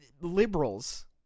liberals